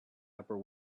upper